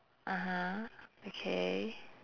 (uh huh) okay